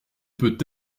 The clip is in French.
peut